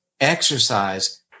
exercise